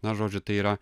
na žodžiu tai yra